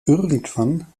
irgendwann